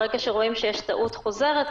ברגע שרואים שיש טעות חוזרת,